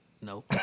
No